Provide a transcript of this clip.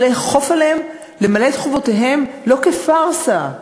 אבל לאכוף עליהן למלא את חובותיהן, לא כפארסה,